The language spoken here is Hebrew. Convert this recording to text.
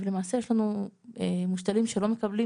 למעשה יש לנו מושתלים שלא מקבלים